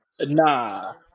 Nah